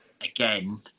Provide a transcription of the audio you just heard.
Again